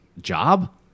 job